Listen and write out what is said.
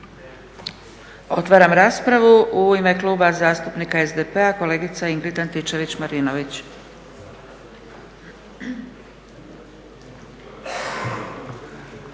Otvaram raspravu. U ime Kluba zastupnika SDP-a, kolegica Ingrid Antičević-Marinović.